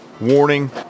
warning